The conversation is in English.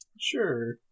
Sure